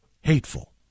hateful